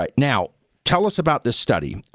um now tell us about this study. and